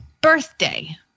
birthday